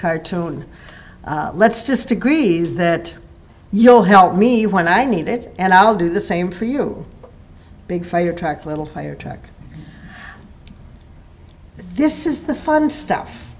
cartoon let's just agree that you'll help me when i need it and i'll do the same for you big fire truck little fire truck this is the fun stuff